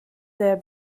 their